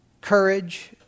courage